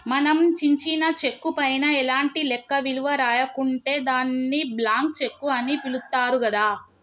మనం చించిన చెక్కు పైన ఎలాంటి లెక్క విలువ రాయకుంటే దాన్ని బ్లాంక్ చెక్కు అని పిలుత్తారు గదా